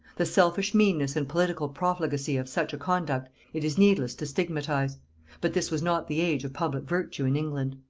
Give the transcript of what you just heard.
the selfish meanness and political profligacy of such a conduct it is needless to stigmatize but this was not the age of public virtue in england.